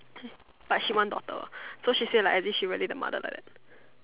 but she want daughter so she say like at least she really the mother like that